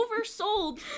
oversold